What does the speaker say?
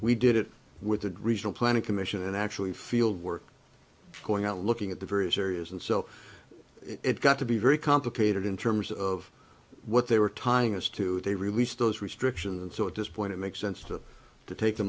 we did it with the regional planning commission and actually field work going out looking at the various areas and so it got to be very complicated in terms of what they were tying us to they released those restrictions and so at this point it makes sense to take the